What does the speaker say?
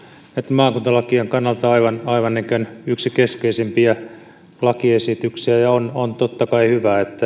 maakuntalakien kannalta yksi aivan keskeisimpiä lakiesityksiä ja on on totta kai hyvä että